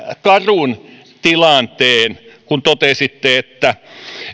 karun tilanteen että